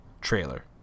trailer